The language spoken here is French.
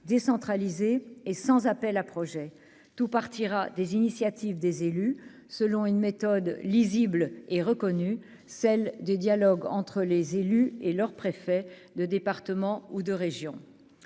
décentralisé et sans appel à projets tout partira des initiatives des élus selon une méthode lisible et reconnu celle du dialogue entre les élus et leur préfet de département ou de région